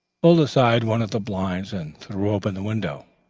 pulled aside one of the blinds and threw open the window.